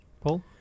Paul